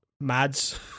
Mads